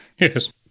yes